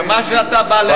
ומה שאתה בא הנה,